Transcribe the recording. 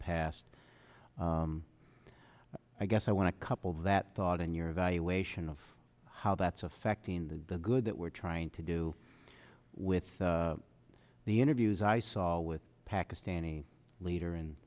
past i guess i want to couple that thought in your evaluation of how that's affecting the the good that we're trying to do with the interviews i saw with pakistani leader